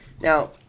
Now